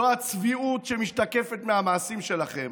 זו הצביעות שמשתקפת מהמעשים שלכם.